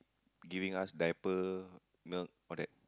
giving us diaper you know all that